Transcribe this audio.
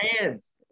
hands